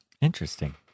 Interesting